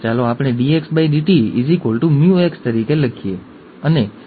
chloride ટ્રાન્સપોર્ટરની હાજરી એ પાત્ર અથવા વારસાગત સુવિધા છે ઠીક છે